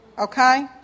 Okay